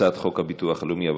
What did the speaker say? הצעת חוק הביטוח הלאומי (תיקון מס' 191),